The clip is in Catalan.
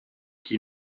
qui